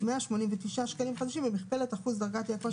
189 שקלים חדשים במכפלת אחוז דרגת האי-כושר